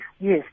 Yes